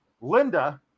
linda